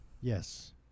yes